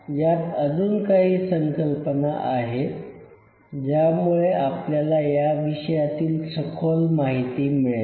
यात अजून काही संकल्पना आहेत ज्यामुळे आपल्याला या विषयातील सखोल माहिती मिळेल